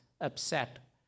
upset